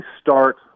start